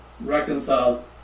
reconciled